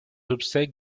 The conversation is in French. obsèques